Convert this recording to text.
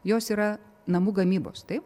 jos yra namų gamybos taip